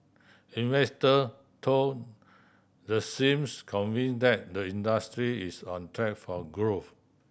investor though the seems convinced that the industry is on track for growth